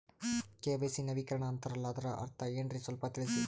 KYC ನವೀಕರಣ ಅಂತಾರಲ್ಲ ಅದರ ಅರ್ಥ ಏನ್ರಿ ಸ್ವಲ್ಪ ತಿಳಸಿ?